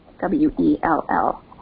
W-E-L-L